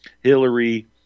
Hillary